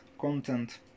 content